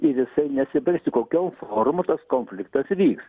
ir jisai nesibaigs tik kokiom formom tas konfliktas vyks